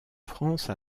france